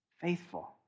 Faithful